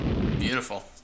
Beautiful